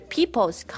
People's